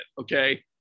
okay